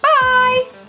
Bye